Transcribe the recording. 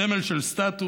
סמל של סטטוס,